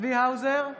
צבי האוזר,